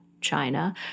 China